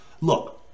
look